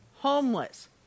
homeless